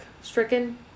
stricken